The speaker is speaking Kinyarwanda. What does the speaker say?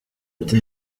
ati